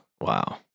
Wow